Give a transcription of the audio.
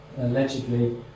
allegedly